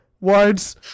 words